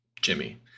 Jimmy